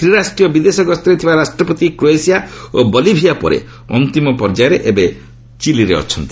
ତ୍ରିରାଷ୍ଟ୍ରୀୟ ବିଦେଶ ଗସ୍ତରେ ଥିବା ରାଷ୍ଟ୍ରପତି କ୍ରୋଏସିଆ ଓ ବଲିଭିଆ ପରେ ଅନ୍ତିମ ପର୍ଯ୍ୟାୟରେ ଏବେ ଚିଲିରେ ଅଛନ୍ତି